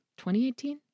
2018